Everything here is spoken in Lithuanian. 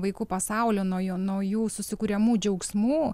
vaikų pasaulio nuo jo naujų susikuriamų džiaugsmų